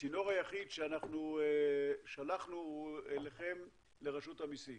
הצינור היחיד שאנחנו שלחנו אליכם זה רשות המיסים.